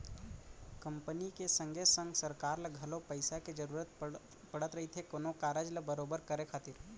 company के संगे संग सरकार ल घलौ पइसा के जरूरत पड़त रहिथे कोनो कारज ल बरोबर करे खातिर